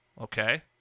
okay